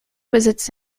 besitzt